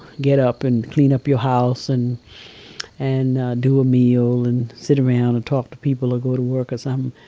get up and clean up your house and and do a meal and sit around and talk to people or go to work or um